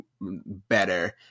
better